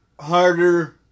harder